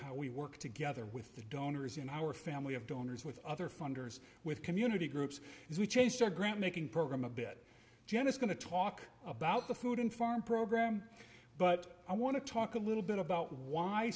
how we work together with the donors in our family of donors with other funders with community groups as we changed our grant making program a bit jenna's going to talk about the food and farm program but i want to talk a little bit about why